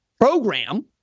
program